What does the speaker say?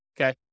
okay